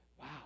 Wow